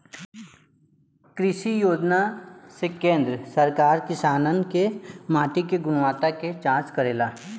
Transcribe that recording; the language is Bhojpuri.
कृषि योजना से केंद्र सरकार किसानन के माटी के गुणवत्ता के जाँच करेला